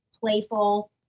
playful